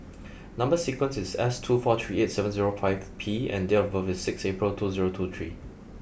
number sequence is S two four three eight seven zero five P and date of birth is six April two zero two three